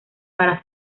para